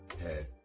head